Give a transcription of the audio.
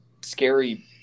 scary